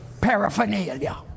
paraphernalia